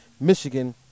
Michigan